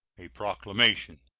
a proclamation.